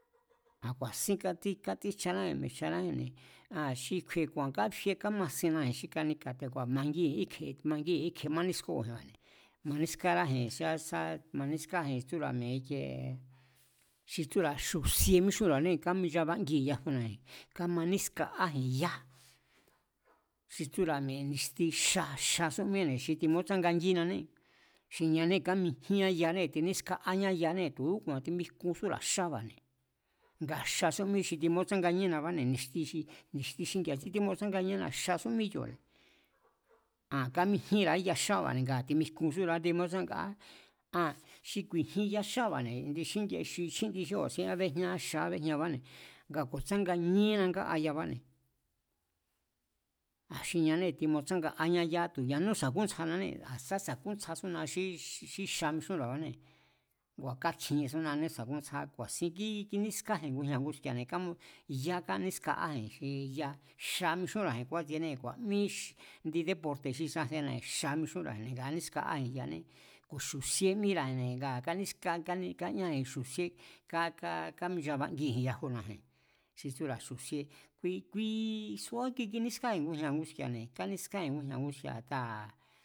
A̱ ku̱a̱sín kátsíjchanáji̱n mi̱e̱jchanáji̱nne̱, aa̱n xi kju̱i̱e̱ ku̱a̱n káfie kámasinnaji̱n xi kanika̱ te̱ku̱a̱ mangíji̱n kíkjee mánískáji̱n, manískáráji̱n sá, sá manískájin tsúra̱ mi̱e̱ ikiee xi tsúra̱ xusie míxúnra̱ané káminchabangiji̱n yajuna̱ji̱n, kámaníska'áji̱n yá, xi tsúra̱ mi̱e̱ ni̱xti xa. Xa sú míne̱ xi timútsángangínané xi ñane kámijían yane, tiníska'áñá yanée̱ tu̱úku̱a̱n timijkunsúra̱a xába̱ne̱, ngaa̱ xasúmí xi timútsánganíénabáne̱, ni̱xti, ni̱xti xingi̱a̱ xí timútsanganíéna, xa sú mí kioo̱ne̱. aa̱n kámijínra̱á ya xába̱ ngaa̱ timijkunsúra̱á timutsángaá aa̱n xi ku̱i̱jin ya xába̱ xi chjíndi, xi chjíndi xí ku̱a̱sín kábejñaá xa ábejñaabáne̱, nga ku̱tsanganíena ngáa yabane̱. Aa̱n xi nane timutsángaañá ya tu̱ ñanú tsangúntsjananée̱, sá sa̱kúntsjasúna xí xa mixúnra̱abáne̱ ngua̱ kakjiniessúnané sa̱ngútsja, a̱ ku̱a̱sín kínískáji̱n ngujña̱ nguski̱a̱, kámu, yá kánískaáji̱n yá. Xa mixúnra̱ji̱n kúátsiené ku̱a̱ mí indi déporte̱ xi kisasiennaji̱n xa mixúnra̱ji̱n ngaa̱ kánískaáji̱n yané. Xu̱síé míra̱ne̱ ngaa̱ kánískaáji̱n, káñáji̱n xu̱síé káminchabangiji̱n yajuna̱ji̱n xi tsúra̱ xu̱síé, kui, kuii subá kui kinískáji̱n ngujña̱ nguski̱a̱ne̱, kánískáji̱n ngujña̱ nguski̱a̱ a̱taa̱